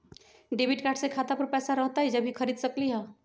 Debit card से खाता पर पैसा रहतई जब ही खरीद सकली ह?